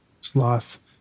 sloth